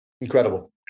Incredible